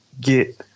get